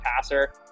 passer